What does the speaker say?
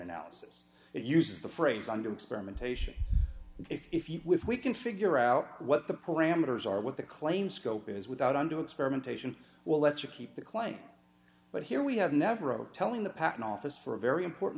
analysis uses the phrase under experimentation if you wish we can figure out what the parameters are what the claim scope is without undue experimentation will let you keep the claim but here we have never oh telling the patent office for a very important